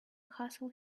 hustle